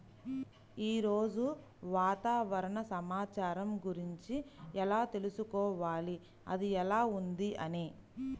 ఈరోజు వాతావరణ సమాచారం గురించి ఎలా తెలుసుకోవాలి అది ఎలా ఉంది అని?